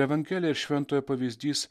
evangelija ir šventojo pavyzdys